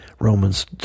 Romans